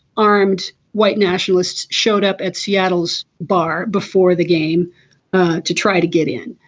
armed white nationalists showed up at seattle's bar before the game to try to get in